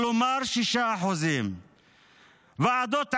כלומר 6%. ועדות ערר,